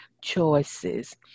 choices